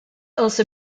also